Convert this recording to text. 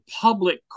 public